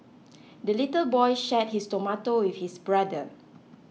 the little boy shared his tomato with his brother